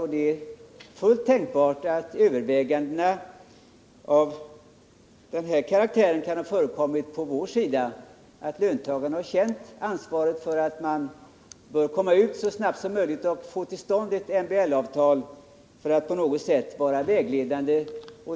Det är fullt tänkbart att löntagarna känt ett ansvar för att så snabbt som möjligt få till stånd ett MBL-avtal som kunde bli vägledande.